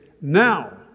Now